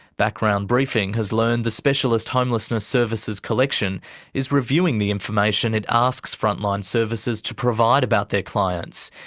background briefing has learned the specialist homelessness services collection is reviewing the information it asks frontline services to provide about their clients.